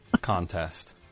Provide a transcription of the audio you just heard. contest